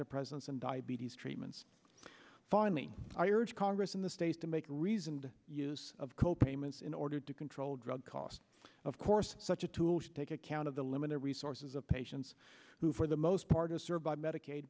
depressants and diabetes treatments finally i urge congress and the states to make reasoned use of co payments in order to control drug costs of course such a tool should take account of the limited resources of patients who for the most part is served by medica